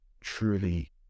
truly